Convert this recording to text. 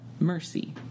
mercy